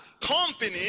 company